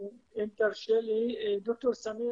ד"ר סמיר,